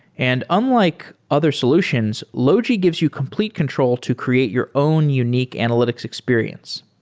and unlike other solutions, logi gives you complete control to create your own unique analytics experience.